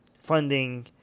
funding